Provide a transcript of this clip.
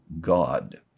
God